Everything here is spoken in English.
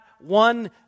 one